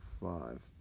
five